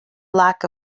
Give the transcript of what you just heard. lack